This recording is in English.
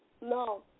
No